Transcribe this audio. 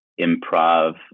improv